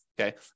okay